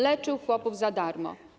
Leczył chłopów za darmo.